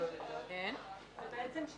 01:05.